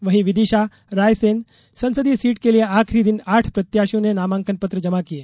वहीं विदिशा रायसेन संसदीय सीट के लिए आखिरी दिन आठ प्रत्याशियों ने नामांकन पत्र जमा किये